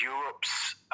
Europe's